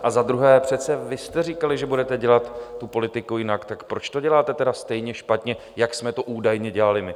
A za druhé, přece vy jste říkali, že budete dělat tu politiku jinak, tak proč to děláte tedy stejně špatně, jak jsme to údajně dělali my?